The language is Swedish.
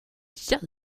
gör